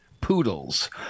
Poodles